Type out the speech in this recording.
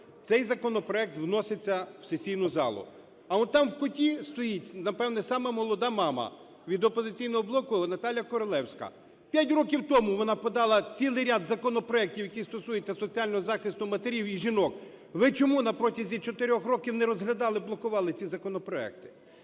цей законопроект вноситься в сесійну залу. А он там, в куті, стоїть, напевно, сама молода мама від "Опозиційного блоку" Наталія Королевська. П'ять років тому вона подала цілий ряд законопроектів, які стосуються соціального захисту матерів і жінок. Ви чому на протязі 4 років не розглядали, блокували ці законопроекти?